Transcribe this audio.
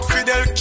Fidel